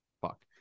fuck